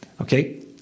Okay